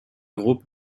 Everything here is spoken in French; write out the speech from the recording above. groupe